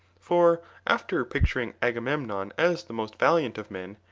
for, after picturing agamemnon as the most valiant of men,